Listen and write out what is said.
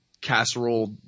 casserole